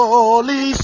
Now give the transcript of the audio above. Holy